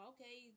Okay